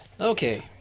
Okay